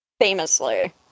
famously